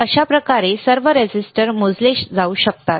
तर अशा प्रकारे सर्व रेझिस्टर मोजले जाऊ शकतात